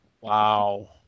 Wow